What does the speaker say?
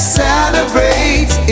celebrate